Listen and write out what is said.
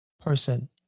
person